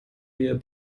wir